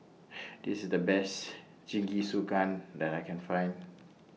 This IS The Best Jingisukan that I Can Find